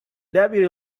deputy